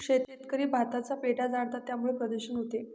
शेतकरी भाताचा पेंढा जाळतात त्यामुळे प्रदूषण होते